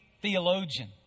theologian